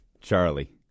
Charlie